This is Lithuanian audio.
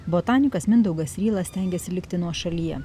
botanikas mindaugas ryla stengiasi likti nuošalyje